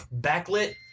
backlit